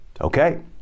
Okay